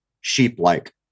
sheep-like